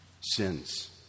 sins